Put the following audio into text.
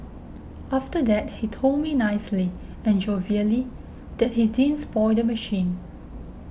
after that he told me nicely and jovially that he didn't spoil the machine